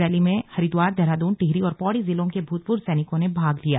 rally में हरिद्वार देहराद्न टिहरी और पौड़ी जिलों के भूतपूर्व सैनिकों ने भाग लिया